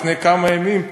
לפני כמה ימים,